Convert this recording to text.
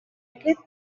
aquest